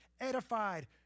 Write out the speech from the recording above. edified